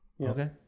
Okay